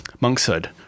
monkshood